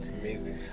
Amazing